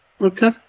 Okay